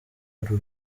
uru